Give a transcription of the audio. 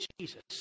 Jesus